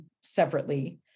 separately